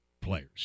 players